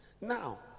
now